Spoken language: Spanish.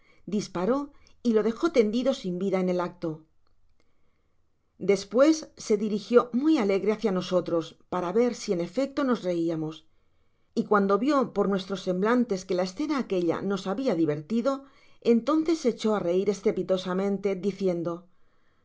disparó y lo dejó tendido sin vida en el acto despues se dirigió muy alegre hácia nosotros para ver si en efecto nos reiamos y cuando vió por nuestros semblantes que la escena aquella nos habia divertido entonces se echó á reir estrepitosamente diciendo